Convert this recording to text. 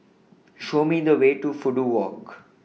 Show Me The Way to Fudu Walk